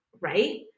right